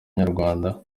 inyarwanda